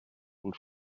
will